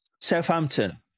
Southampton